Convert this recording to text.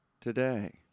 today